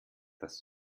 das